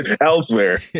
elsewhere